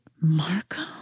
Marco